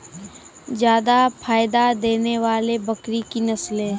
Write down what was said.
जादा फायदा देने वाले बकरी की नसले?